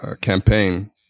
campaign